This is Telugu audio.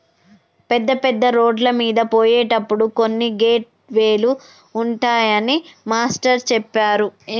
పెద్ద పెద్ద రోడ్లమీద పోయేటప్పుడు కొన్ని గేట్ వే లు ఉంటాయని మాస్టారు చెప్పారు